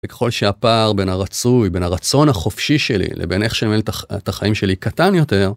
ככל שהפער בין הרצוי בין הרצון החופשי שלי לבין איך שאני מנהל את החיים שלי קטן יותר.